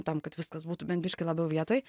tam kad viskas būtų bent biški labiau vietoj